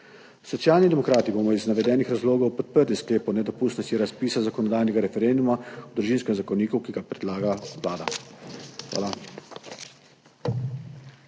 Socialni demokrati bomo iz navedenih razlogov podprli sklep o nedopustnosti razpisa zakonodajnega referenduma o Družinskem zakoniku, ki ga predlaga Vlada. Hvala.